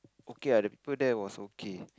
okay ah the people there was okay